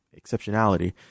exceptionality